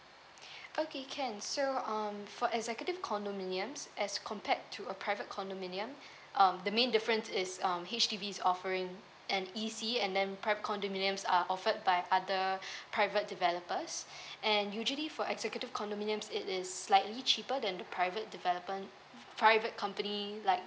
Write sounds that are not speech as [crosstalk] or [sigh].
[breath] okay can so um for executive condominiums as compared to a private condominium um the main difference is um H_D_B offering an easy and then prep condominiums are offered by other [breath] private developers [breath] and usually for executive condominiums it is slightly cheaper than the private development private company like